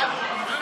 נגמר.